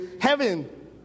heaven